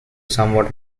somewhat